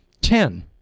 Ten